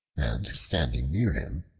and standing near him,